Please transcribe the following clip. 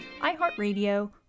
iHeartRadio